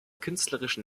künstlerischen